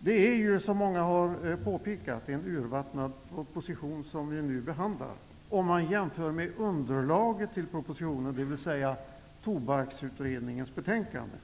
Det är, som många har påpekat, en urvattnad proposition som vi nu behandlar, om man jämför med underlaget till propositionen, dvs. Tobaksutredningens betänkande,